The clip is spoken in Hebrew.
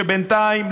שבינתיים,